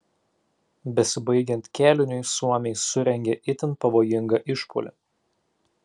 besibaigiant kėliniui suomiai surengė itin pavojingą išpuolį